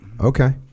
Okay